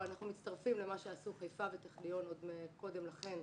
אנחנו מצטרפים למה שעשו חיפה וטכניון עוד קודם לכן,